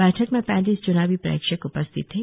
बैठक में पैतीस चुनावी प्रेक्षक उपस्थि थे